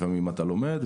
לפעמים אתה לומד,